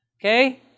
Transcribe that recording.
Okay